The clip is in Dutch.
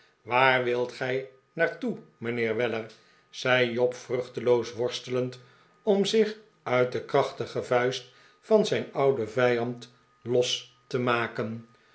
waar wilt gij naar toe mijnheer weller zei job vruchteloos worstelend om zich uit de krachtige vuist van zijn ouden vijand los te maken